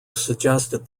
suggested